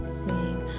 sing